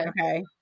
Okay